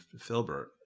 filbert